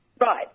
Right